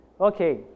Okay